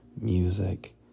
music